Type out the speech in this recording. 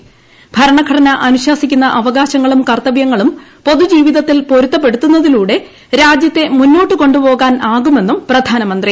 ് ഭരണഘടന അനുശാസ്ട്രിക്കു്ന്ന അവകാശങ്ങളും കർത്തവൃങ്ങളും പൊതുജീവിതത്തിൽ പൊരുത്തപ്പെടുത്തു്നതിലൂടെ രാജ്യത്തെ മുന്നോട്ട് കൊണ്ടു പോക്ടാൻ ആകുമെന്നും പ്രധാനമന്ത്രി